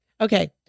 Okay